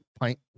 pint